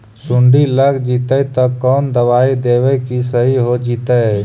सुंडी लग जितै त कोन दबाइ देबै कि सही हो जितै?